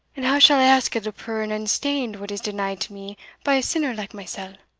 and how shall i ask of the pure and unstained what is denied to me by a sinner like mysell?